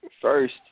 first